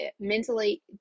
mentally